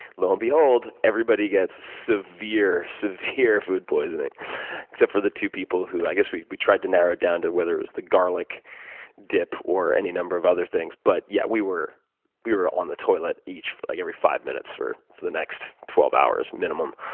lo and behold, everybody gets severe, severe food poisoning except for the two people who i guess we we tried to narrow it down to whether it was the garlic dip or any number of other things. but, yeah, we were we were on the toilet like every five minutes for for the next twelve hours, minimum.